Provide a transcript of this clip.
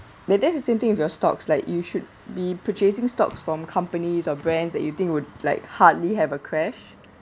then that's the same thing with your stocks like you should be purchasing stocks from companies or brands that you think would like hardly have a crash